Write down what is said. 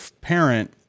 parent